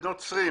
שזה נוצרים.